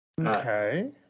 Okay